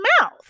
mouth